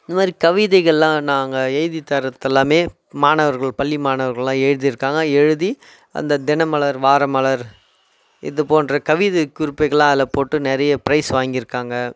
இது மாதிரி கவிதைகளெலாம் நாங்கள் எழுதி தர்றதெல்லாமே மாணவர்கள் பள்ளி மாணவர்களெலாம் எழுதியிருக்காங்க எழுதி அந்த தினமலர் வாரமலர் இது போன்ற கவிதை குறிப்புகளெலாம் அதில் போட்டு நிறைய ப்ரைஸ் வாங்கியிருக்காங்க